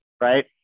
right